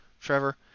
Trevor